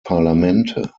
parlamente